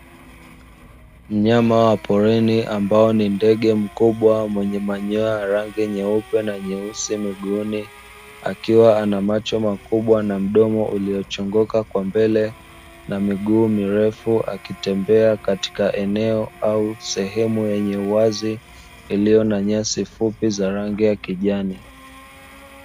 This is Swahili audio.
Mnyama wa porini ambao ni ndege mkubwa mwenye manyoya ya rangi nyeupe na nyeusi miguuni, akiwa ana macho makubwa na mdomo uliochongoka kwa mbele na miguu mirefu, akitembea katika eneo au sehemu yenye uwazi iliyo na nyasi fupi za rangi ya kijani.